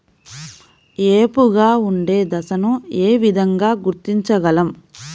ఏపుగా ఉండే దశను ఏ విధంగా గుర్తించగలం?